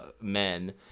men